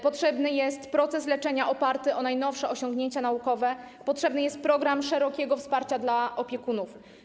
Potrzebny jest proces leczenia oparty na najnowszych osiągnięciach naukowych, potrzebny jest też program szerokiego wsparcia dla opiekunów.